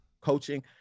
coaching